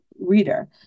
reader